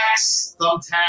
Thumbtacks